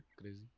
crazy